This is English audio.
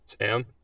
Sam